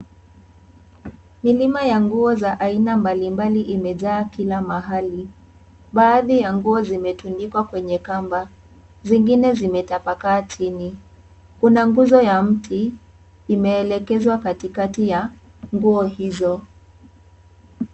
Milima ya nguo za aina mbalimbali imejaa kila mahali. Baadhi ya nguo zimetundikwa kwenye kamba. Zingine zimetapakaa chini. Kuna nguzo ya mti, imeelekezwa katikati ya nguo hizo.